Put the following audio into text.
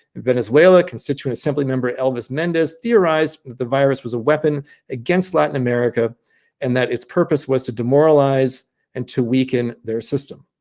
venezuela constituent assembly member elvis mendez theorized that the virus was a weapon against latin america and that its purpose was to demoralize and to weaken their system.